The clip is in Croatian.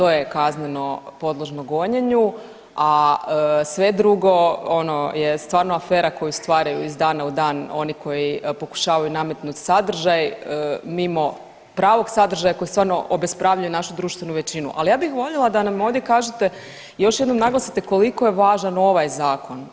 To je kazneno podložno gonjenju, a sve drugo ono je stvarno afera koju stvaraju iz dana u dan oni koji pokušavaju nametnuti sadržaj mimo pravog sadržaja koji stvarno obespravljuje našu društvenu većinu, ali ja bih voljela da nam ovdje kažete i još jednom naglasite koliko je važan ovaj Zakon.